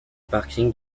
parking